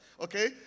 okay